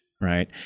right